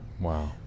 Wow